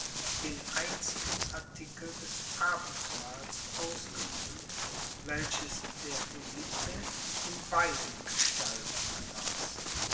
den einzigen artikel des abendmahls ausgenommen welches der hussite in beiden gestalten genoß